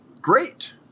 Great